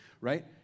right